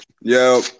yo